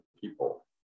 people